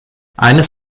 eines